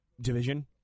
division